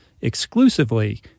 exclusively